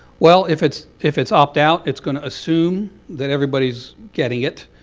well if it's if it's opt out, it's going to assume that everybody's getting it.